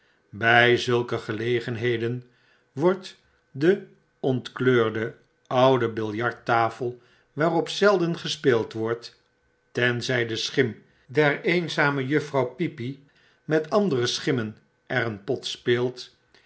bij zulke gelegenheden wordt de ontkleurde oude biljarttafel waarop zelden gespeeld wordt tenzy de schim der eerzame juffrouw peepy met andere schimmen er pot speelt